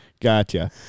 gotcha